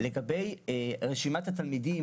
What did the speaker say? ככל הנראה אין רשימות של התלמידים